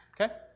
Okay